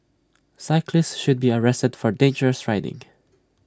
cyclist should be arrested for dangerous riding